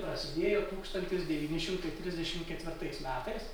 prasidėjo tūkstantis devyni šimtai trisdešim ketvirtais metais